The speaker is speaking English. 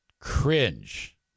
cringe